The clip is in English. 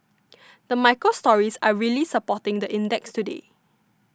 the micro stories are really supporting the index today